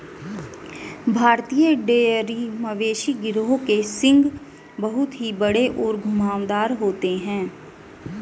भारतीय डेयरी मवेशी गिरोह के सींग बहुत ही बड़े और घुमावदार होते हैं